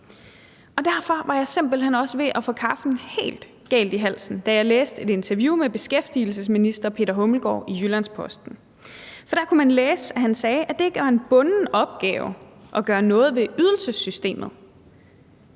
Derfor var jeg simpelt hen også ved at få kaffen helt galt i halsen, da jeg læste et interview med beskæftigelsesministeren i Jyllands-Posten. For der kunne man læse, at han sagde, at det ikke var en bunden opgave at gøre noget ved ydelsessystemet.